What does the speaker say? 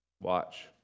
Watch